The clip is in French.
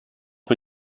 peu